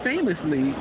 Famously